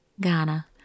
Ghana